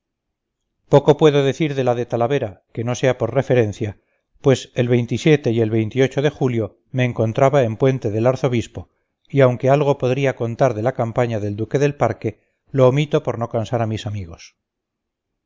poco puedo decir de la de talavera que no sea por referencia pues el y el de julio me encontraba en puente del arzobispo y aunque algo podría contar de la campaña del duque del parque lo omito por no cansar a mis amigos